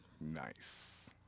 Nice